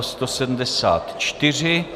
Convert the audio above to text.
174.